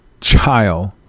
child